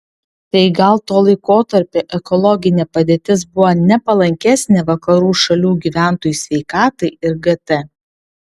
tai gal to laikotarpio ekologinė padėtis buvo nepalankesnė vakarų šalių gyventojų sveikatai ir gt